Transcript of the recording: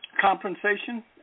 compensation